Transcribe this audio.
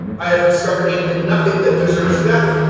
i have discovered in him nothing that deserves death.